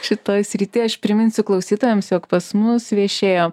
šitoj srity aš priminsiu klausytojams jog pas mus viešėjo